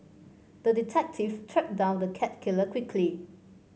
the detective tracked down the cat killer quickly